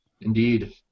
Indeed